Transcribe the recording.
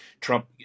Trump